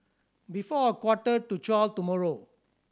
before a quarter to twelve tomorrow